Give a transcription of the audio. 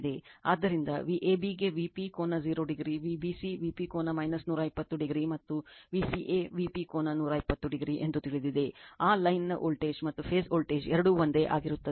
ಆದ್ದರಿಂದ Vabಗೆ Vp ಕೋನ 0 Vbc Vp ಕೋನ 120o ಮತ್ತುVca Vp ಕೋನ 120oಎಂದು ತಿಳಿದಿದೆ ಆ ಲೈನ್ ನ ವೋಲ್ಟೇಜ್ ಮತ್ತು ಫೇಸ್ ವೋಲ್ಟೇಜ್ ಎರಡೂ ಒಂದೇ ಆಗಿರುತ್ತದೆ